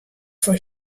for